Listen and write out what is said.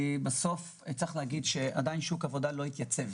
כי שוק העבודה עדיין לא התייצב